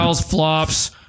flops